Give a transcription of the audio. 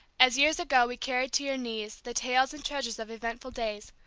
as years ago we carried to your knees the tales and treasures of eventful days,